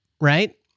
right